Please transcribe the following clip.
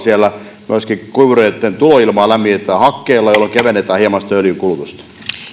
myöskin kuivureitten tuloilmaa lämmitetään hakkeella jolloin kevennetään hieman sitä öljyn kulutusta